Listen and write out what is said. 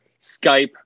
Skype